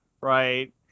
right